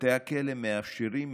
בתי הכלא מאפשרים,